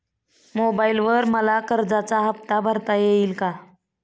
मोबाइलवर मला कर्जाचा हफ्ता भरता येईल का?